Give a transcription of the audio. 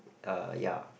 uh ya